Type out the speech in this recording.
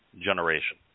generation